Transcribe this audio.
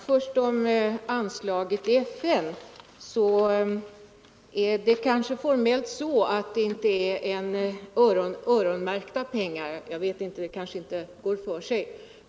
Herr talman! Beträffande anslaget i FN är det kanske formellt så att det inte är öronmärkta pengar; det kanske inte går för sig.